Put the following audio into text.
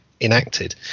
enacted